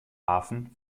hafen